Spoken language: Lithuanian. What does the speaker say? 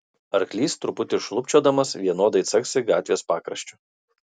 arklys truputį šlubčiodamas vienodai caksi gatvės pakraščiu